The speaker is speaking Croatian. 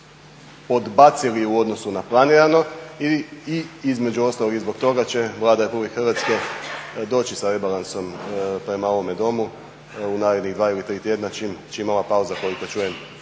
podbacili u odnosu na planirano i između ostalog i zbog toga će Vlada Republike Hrvatske doći sa rebalansom prema ovome Domu u narednih dva ili tri tjedna čim ova pauza koliko čujem